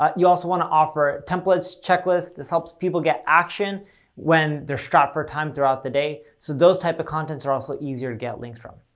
ah you also want to offer templates, checklists. this helps people get action when they're strapped for time throughout the day. so those type of contents are also easier to get links from.